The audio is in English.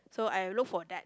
so I'll look for that